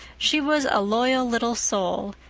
she was a loyal little soul,